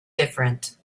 different